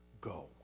Go